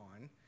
on